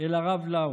זה התחיל בגל הרביעי,